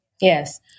Yes